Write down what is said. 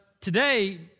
Today